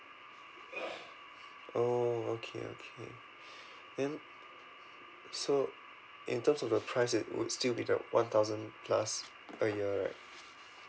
oh okay okay then so in terms of the price it would still be the one thousand plus a year right